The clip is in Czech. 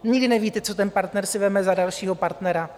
Nikdy nevíte, co ten partner si vezme za dalšího partnera.